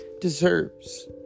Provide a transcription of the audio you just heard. deserves